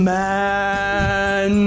man